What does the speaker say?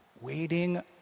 Waiting